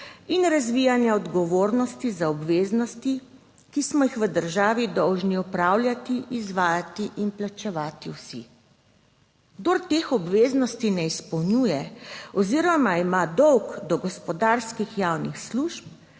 in razvijanja odgovornosti za obveznosti, ki smo jih v državi dolžni opravljati, izvajati in plačevati vsi. Kdor teh obveznosti ne izpolnjuje oziroma ima dolg do gospodarskih javnih služb,